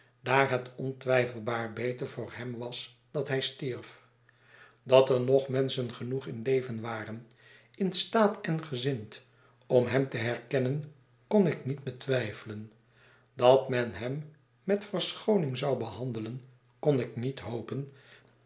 daar het ontwijfelbaar beter voor hem was dat hij stierf dat er nog menschen genoeg in leven waren in staat en gezind om hem te herkennen kon ik niet betwijfelen dat men hem met verschooning zou behandelen kon ik niet hopen